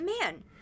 man